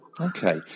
Okay